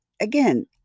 again